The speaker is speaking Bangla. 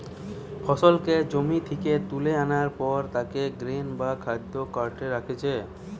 ফসলকে জমি থিকে তুলা আনার পর তাকে গ্রেন বা খাদ্য কার্টে রাখছে